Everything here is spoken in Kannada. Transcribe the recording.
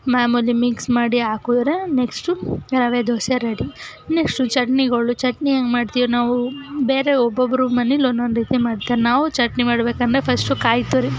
ಮಾಮೂಲಿ ಮಿಕ್ಸ್ ಮಾಡಿ ಹಾಕಿದ್ರೆ ನೆಕ್ಸ್ಟು ರವೆ ದೋಸೆ ರೆಡಿ ನೆಕ್ಸ್ಟು ಚಟ್ನಿಗಳು ಚಟ್ನಿ ಹೆಂಗೆ ಮಾಡ್ತೀವಿ ನಾವು ಬೇರೆ ಒಬ್ಬೊಬ್ರ ಮನೇಲಿ ಒಂದೊಂದು ರೀತಿ ಮಾಡ್ತಾರೆ ನಾವು ಚಟ್ನಿ ಮಾಡಬೇಕಂದ್ರೆ ಫಸ್ಟು ಕಾಯಿ ತುರಿ